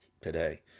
today